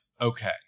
okay